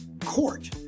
court